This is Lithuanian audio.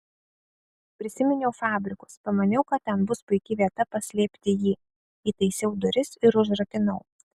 prisiminiau fabrikus pamaniau kad ten bus puiki vieta paslėpti jį įtaisiau duris ir užrakinau